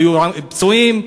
היו פצועים?